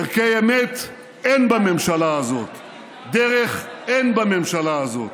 ערכי אמת, אין בממשלה הזאת, דרך, אין בממשלה הזאת.